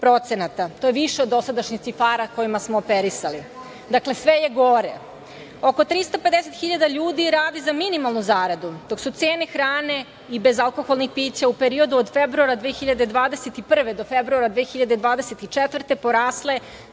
To je više od dosadašnjih cifara kojima smo operisali. Dakle, sve je gore. Oko 350.000 ljudi radi za minimalnu zaradu, dok su cene hrane i bezalkoholnih pića u periodu od februara 2021. godine do februara 2024. godine